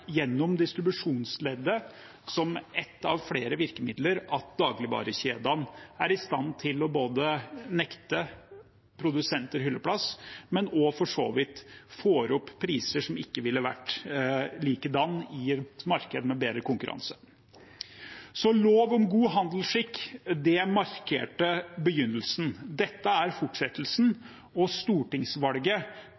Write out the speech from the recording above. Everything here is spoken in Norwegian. gjennom distribusjonsleddet, som ett av flere virkemidler, at dagligvarekjedene er i stand til å nekte produsenter hylleplass og for så vidt få opp priser som ikke ville vært likedanne i et marked med bedre konkurranse. Lov om god handelsskikk markerte begynnelsen, dette er fortsettelsen,